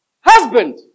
husband